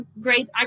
great